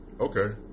okay